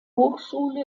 hochschule